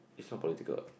is not political